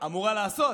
אמורה לעשות,